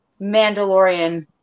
Mandalorian